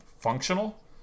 functional